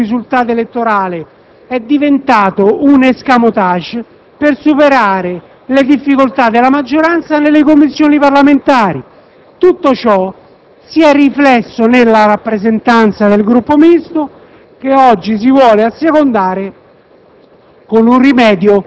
non rifletteva un risultato elettorale, è diventato un *escamotage* per superare le difficoltà della maggioranza nelle Commissioni parlamentari. Tutto ciò si è riflesso nella rappresentanza del Gruppo Misto che oggi si vuole assecondare